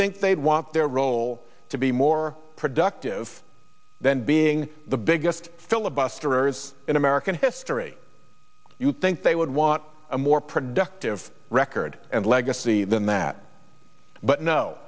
think they'd want their role to be more productive than being the biggest filibusterers in american history you'd think they would want a more productive record and legacy than that but no